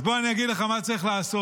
אז בוא אני אגיד לך מה צריך לעשות: